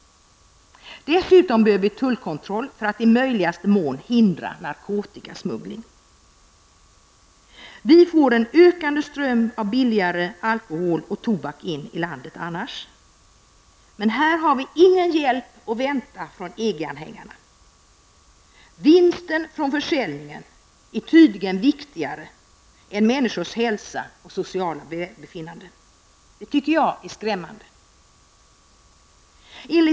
Dessutom behöver vi tullkontroll för att möjligaste mån hindra narkotikasmuggling. Vi får annars en ökande ström av billigare alkohol och tobak in i landet. Här har vi ingen hjälp att vänta från EG-anhängarna. Vinsten från försäljningen är tydligen viktigare än människors hälsa och sociala välbefinnande. Det tycker jag är skrämmande.